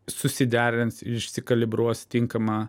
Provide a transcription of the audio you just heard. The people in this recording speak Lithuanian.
susiderins ir išsikalibruos tinkamą